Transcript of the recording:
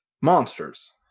monsters